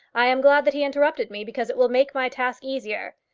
i am glad that he interrupted me, because it will make my task easier.